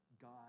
God